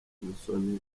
musoni